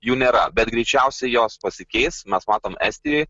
jų nėra bet greičiausiai jos pasikeis mes matom estijoj